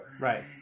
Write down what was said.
right